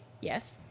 Yes